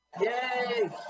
Yay